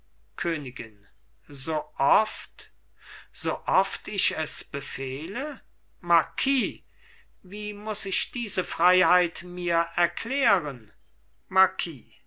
königin so oft so oft ich es befehle marquis wie muß ich diese freiheit mir erklären